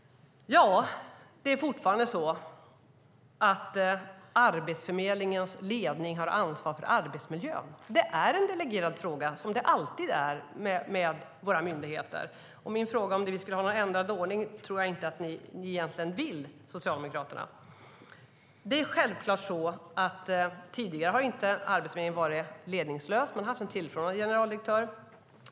Det är fortfarande så att Arbetsförmedlingens ledning har ansvar för arbetsmiljön. Det är en delegerad fråga, som alltid med våra myndigheter. Min fråga är om vi borde ändra den ordningen. Men det tror jag inte att ni egentligen vill, Socialdemokraterna. Arbetsförmedlingen har självklart inte varit ledningslös. Man har haft en tillförordnad generaldirektör.